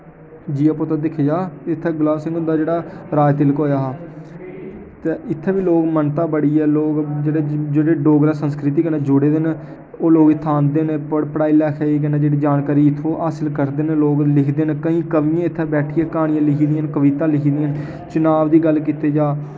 जीया पोता दिक्खेआ जाऽ इत्थै गुलाब सिंह हुंदा जेह्ड़ा राज तिलक होएआ हा ते इत्थै बी लोक मनता बड़ी ऐ लोक जेह्ड़े डोगरा संस्कृति कन्नै जुड़े दे न ओह् लोक इत्थै आंह्दे न जानकारी इत्थुआं हासल करदे न लोक लिखदे न केईं कवियें इत्थैं बैठियै क्हानियां लिखी दियां न कविता लिखी दियां न चनाब दी गल्ल कीता जाऽ